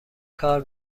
کار